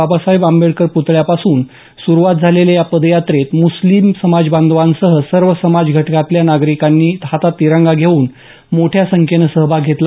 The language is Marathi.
बाबासाहेब आंबेडकर पुतळ्यापासून सुरुवात झालेल्या या पदयात्रेत मुस्लिम समाजबांधवांसह सर्व समाज घटकातल्या नागरिकांनी हातात तिरंगा झेंडा घेऊन मोठ्या संख्येनं सहभाग घेतला